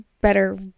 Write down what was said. better